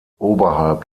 oberhalb